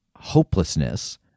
hopelessness